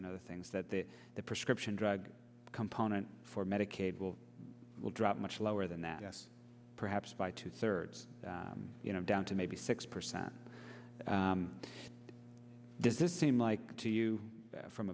and other things that the prescription drug component for medicaid will will drop much lower than that us perhaps by two thirds you know down to maybe six percent does this seem like to you from